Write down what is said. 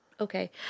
Okay